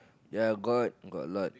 ya got got a lot